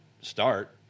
start